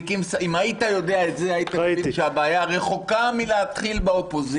אם היית יודע את זה היית מבין שהבעיה רחוקה מלהתחיל באופוזיציה.